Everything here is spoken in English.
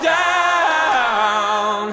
down